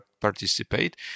participate